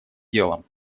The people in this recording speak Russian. делом